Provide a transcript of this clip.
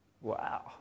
wow